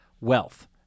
wealth